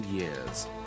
years